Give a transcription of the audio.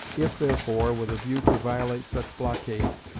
if, therefore, with a view to violate such blockade,